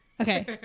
Okay